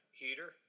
heater